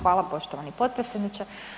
Hvala, poštovani potpredsjedniče.